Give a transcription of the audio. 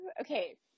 okay